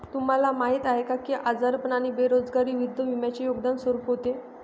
तुम्हाला माहीत आहे का की आजारपण आणि बेरोजगारी विरुद्ध विम्याचे योगदान स्वरूप होते?